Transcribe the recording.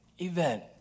event